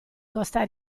costa